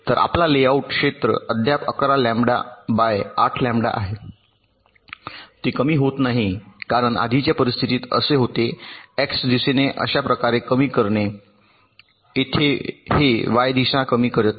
तर आपला लेआउट क्षेत्र अद्याप 11 लॅम्बडा बाय 8 लॅम्बडा आहे ते कमी होत नाही कारण आधीच्या परिस्थितीत असे होते x दिशेने अशा प्रकारे कमी करणे येथे हे y दिशा कमी करीत आहे